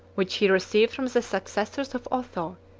which he received from the successors of otho,